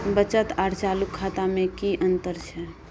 बचत आर चालू खाता में कि अतंर छै?